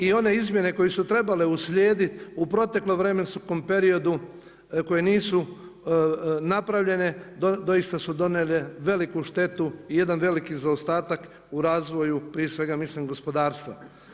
I one izmjene koje su trebale uslijediti u proteklom vremenskom periodu koje nisu napravljene doista su donijele veliku štetu i jedan veliki zaostatak u razvoju, prije svega mislim gospodarstva.